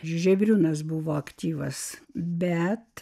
žebriūnas buvo aktyvas bet